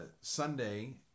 Sunday